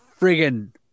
Friggin